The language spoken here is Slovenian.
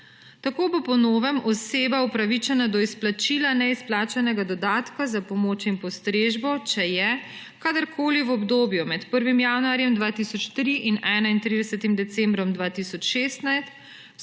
Tako bo po novem oseba upravičena do izplačila neizplačanega dodatka za pomoč in postrežbo, če je kadarkoli v obdobju med 1. januarjem 2003 in 31. decembrom 2016